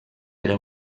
era